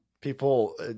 People